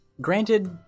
Granted